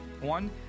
One